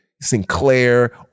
Sinclair